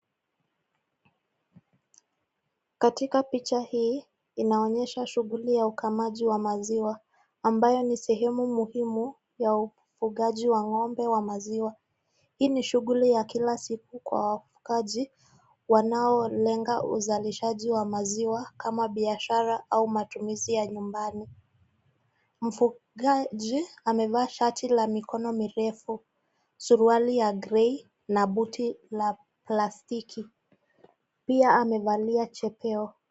Katika picha hii inaonyesha shughuli ya ukamuaji wa maziwa ambayo ni sehemu muhimu ya ufugaji wa ng'ombe wa maziwa, hii ni shughuli ya kila siku wa wafugaji wanaolenga usalishaji wa maziwa ama biashara au matumizi ya nyumbani, mfugaji amevaa shati la mikono mirevu, suruali ya grey na buti la plastiki pia amevalia jebeo.